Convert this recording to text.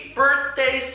birthday